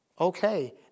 Okay